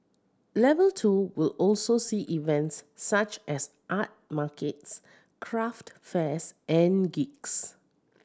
level two will also see events such as art markets craft fairs and gigs